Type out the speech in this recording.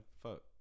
Fuck